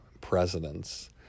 presidents